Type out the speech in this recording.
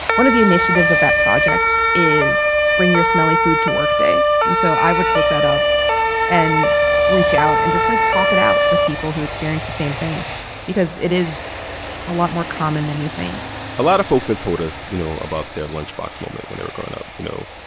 one of the initiatives of that project is bring your smelly food to work day. and so i would look that up and reach out and just, like, talk it out with people who experience the same thing because it is a lot more common than you think a lot of folks have told us, you know, about their lunchbox moment when they were growing up. you know,